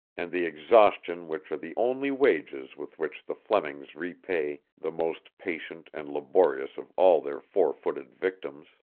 and the exhaustion which are the only wages with which the flemings repay the most patient and laborious of all their four-footed victims.